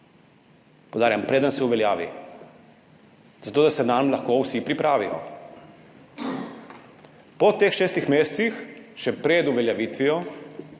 poudarjam, preden se uveljavi –, zato da se nanj lahko vsi pripravijo. Po teh šestih mesecih, še pred uveljavitvijo,